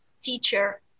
teacher